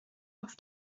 auf